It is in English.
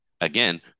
again